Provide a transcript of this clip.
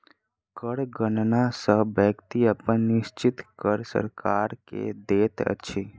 कर गणना सॅ व्यक्ति अपन निश्चित कर सरकार के दैत अछि